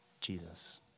Jesus